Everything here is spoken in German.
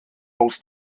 aus